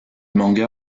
manga